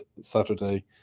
Saturday